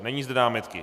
Není zde námitky.